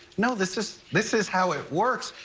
no, this is this is how it works.